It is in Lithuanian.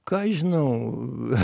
ką žinau